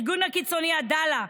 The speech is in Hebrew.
הארגון הקיצוני עדאלה,